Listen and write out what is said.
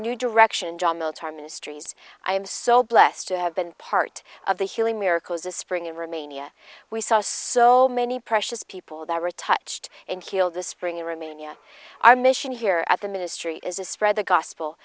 new direction john milton ministries i am so blessed to have been part of the healing miracles this spring in rumania we saw so many precious people that were touched and killed this spring in rumania our mission here at the ministry is spread the gospel